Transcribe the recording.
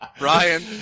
Ryan